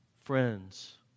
friends